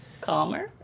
calmer